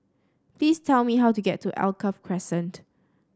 please tell me how to get to Alkaff Crescent